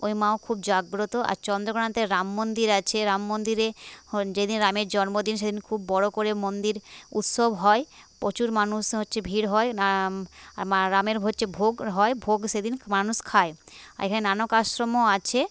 ওই মাও খুব জাগ্রত আর চন্দ্রকোনাতে রাম মন্দির আছে রাম মন্দিরে যেদিন রামের জন্মদিন সেদিন খুব বড়ো করে মন্দির উৎসব হয় প্রচুর মানুষ হচ্ছে ভিড় হয় রামের হচ্ছে ভোগ হয় ভোগ সেদিন মানুষ খায় এখানে নানক আশ্রমও আছে